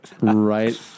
right